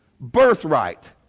birthright